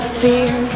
fear